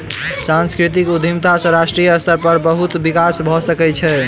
सांस्कृतिक उद्यमिता सॅ राष्ट्रीय स्तर पर बहुत विकास भ सकै छै